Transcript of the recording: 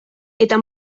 eta